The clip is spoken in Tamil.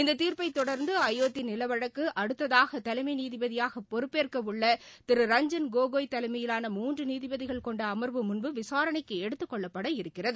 இத்தீர்ப்பை தொடர்ந்து அயோத்தி நில வழக்கு அடுத்ததாக தலைமை நீதிபதியாக பொறுப்பேற்க உள்ள திரு ரஞ்சள் கோகோய் தலைமையிலான மூன்று நீதிபதிகள் கொண்ட அமாவு முன்பு விசாரணைக்கு எடுத்துக் கொள்ளப்பட இருக்கிறது